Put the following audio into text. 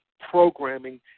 programming